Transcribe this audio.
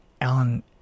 Alan